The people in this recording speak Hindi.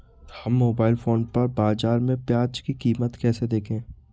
हम मोबाइल फोन पर बाज़ार में प्याज़ की कीमत कैसे देखें?